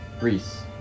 Reese